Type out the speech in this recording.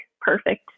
perfect